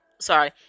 Sorry